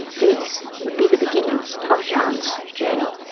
this would be the beginning of jeanne's journey.